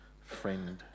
friend